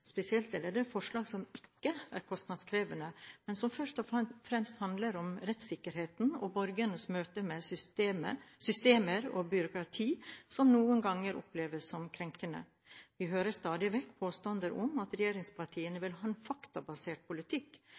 Spesielt gjelder det forslag som ikke er kostnadskrevende, men som først og fremst handler om rettssikkerhet og borgernes møter med systemer og byråkrati, som noen ganger oppleves som krenkende. Vi hører stadig vekk påstander om at regjeringspartiene vil ha en «faktabasert politikk».